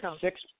six